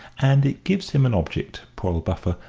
and it gives him an object, poor old buffer,